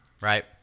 right